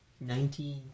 Nineteen